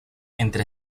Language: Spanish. entre